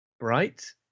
Right